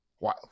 Wow